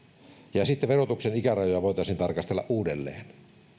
ja sitten verotuksen ikärajoja voitaisiin tarkastella uudelleen